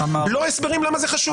לא הסברים למה זה חשוב.